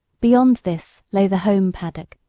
beyond this lay the home paddock,